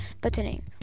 buttoning